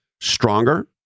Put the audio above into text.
stronger